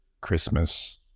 Christmas